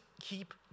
keep